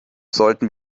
sollten